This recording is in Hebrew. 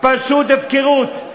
פשוט הפקרות.